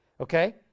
Okay